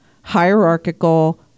hierarchical